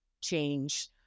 change